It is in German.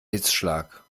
hitzschlag